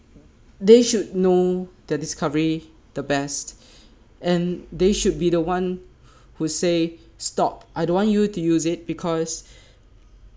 they should know the discovery the best and they should be the one who say stop I don't want you to use it because